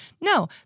No